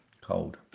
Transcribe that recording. cold